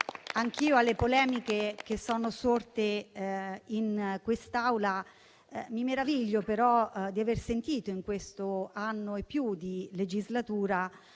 neanch'io alle polemiche che sono sorte in quest'Aula, ma mi meraviglio di aver sentito in questo anno e più di legislatura